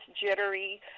jittery